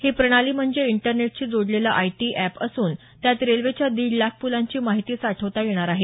ही प्रणाली म्हणजे इंटरनेटशी जोडलेलं आयटी अॅप असून त्यात रेल्वेच्या दीड लाख पुलांची माहिती साठवता येणार आहे